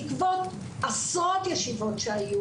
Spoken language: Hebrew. בעקבות עשרות ישיבות שהיו